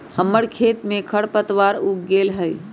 हमर खेत में खरपतवार उग गेल हई